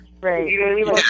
Right